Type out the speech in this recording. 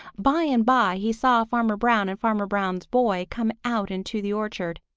by and by he saw farmer brown and farmer brown's boy come out into the orchard.